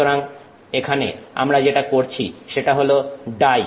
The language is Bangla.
সুতরাং এখানে আমরা যেটা করছি সেটা হল ডাই